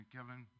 Kevin